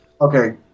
Okay